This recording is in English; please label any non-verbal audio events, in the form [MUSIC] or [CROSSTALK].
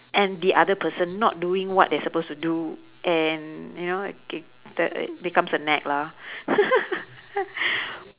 and the other person not doing what they are supposed to do and you know it becomes a nag lah [LAUGHS]